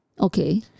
Okay